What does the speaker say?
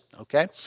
Okay